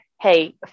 hey